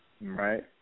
Right